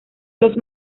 los